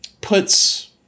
Puts